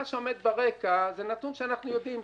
מה שעומד ברקע זה נתון שאנחנו יודעים,